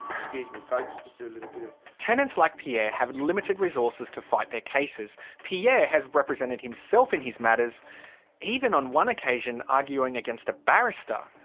excuse me folks. so like tenants like pierre have limited resources to fight their cases. pierre has represented himself in his matters even on one occasion arguing against a barrister.